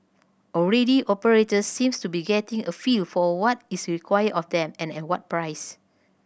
already operator seems to be getting a feel for what is required of them and what price